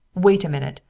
wait a minute!